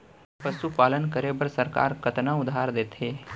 पशुपालन करे बर सरकार कतना उधार देथे?